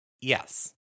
yes